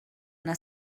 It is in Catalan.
una